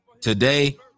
Today